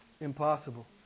impossible